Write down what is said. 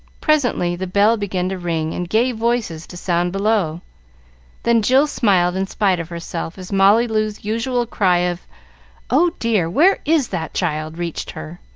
presently the bell began to ring and gay voices to sound below then jill smiled in spite of herself as molly loo's usual cry of oh, dear, where is that child? reached her,